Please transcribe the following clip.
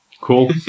Cool